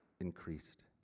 increased